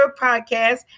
Podcast